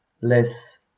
less